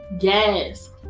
Yes